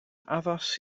addas